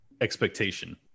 expectation